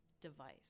device